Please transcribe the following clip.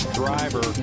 driver